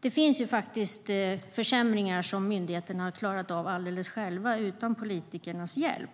Det finns ju faktiskt försämringar som myndigheterna har klarat av alldeles själva utan politikernas hjälp,